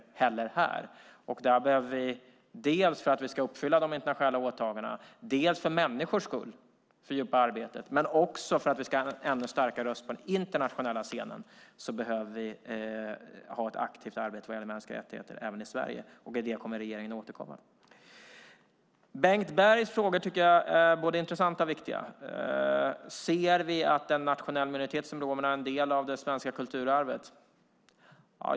Vi behöver fördjupa arbetet dels för att vi ska uppfylla de internationella åtagandena, dels för människors skull. För att vi ska ha en ännu starkare röst på den internationella scenen behöver vi ha ett aktivt arbete vad gäller mänskliga rättigheter. Regeringen kommer att återkomma i den frågan. Bengt Bergs frågor är både intressanta och viktiga. Ser vi att en nationell minoritet som romerna är en del av det svenska kulturarvet?